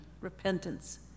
repentance